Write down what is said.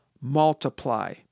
multiply